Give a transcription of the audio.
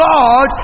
God